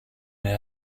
met